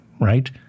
right